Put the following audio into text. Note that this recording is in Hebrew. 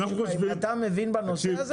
אתה מבין בנושא הזה?